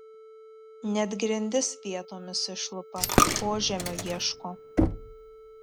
net grindis vietomis išlupa požemio ieško